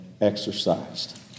exercised